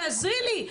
תעזרי לי.